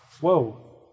Whoa